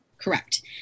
Correct